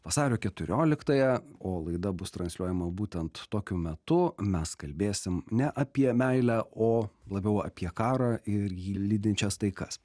vasario keturioliktąją o laida bus transliuojama būtent tokiu metu mes kalbėsim ne apie meilę o labiau apie karą ir jį lydinčias taikas